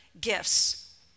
gifts